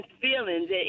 feelings